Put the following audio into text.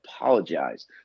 apologize